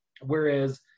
whereas